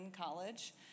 college